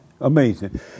Amazing